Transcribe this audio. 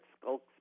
skulks